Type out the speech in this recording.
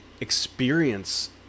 Experience